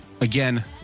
again